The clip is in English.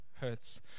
hurts